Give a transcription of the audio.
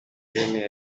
bene